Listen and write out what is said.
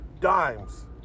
dimes